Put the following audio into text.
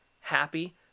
happy